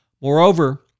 Moreover